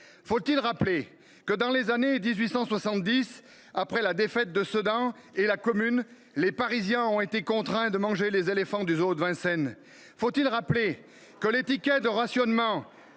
Faut il rappeler que, dans les années 1870, après la défaite de Sedan et la Commune, les Parisiens ont été contraints de manger les éléphants du zoo de Vincennes ?